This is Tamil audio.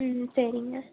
ம் சரிங்க